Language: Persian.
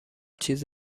چیز